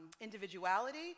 individuality